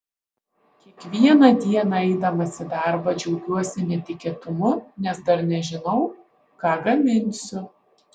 kiekvieną dieną eidamas į darbą džiaugiuosi netikėtumu nes dar nežinau ką gaminsiu